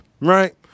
right